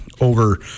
over